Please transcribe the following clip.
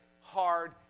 hard